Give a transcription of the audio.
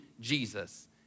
Jesus